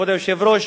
כבוד היושב-ראש,